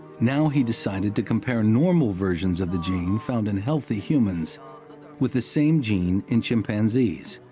now he decided to compare normal versions of the gene found in healthy humans with the same gene in chimpanzees,